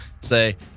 say